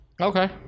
Okay